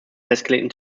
festgelegten